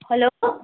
hello